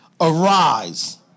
Arise